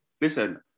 Listen